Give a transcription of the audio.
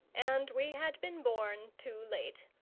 and we had been born too late.